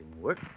work